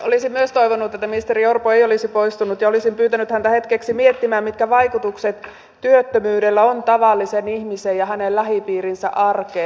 olisin myös toivonut että ministeri orpo ei olisi poistunut ja olisin pyytänyt häntä hetkeksi miettimään mitkä vaikutukset työttömyydellä on tavallisen ihmisen ja hänen lähipiirinsä arkeen